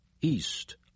east